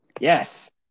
Yes